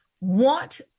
want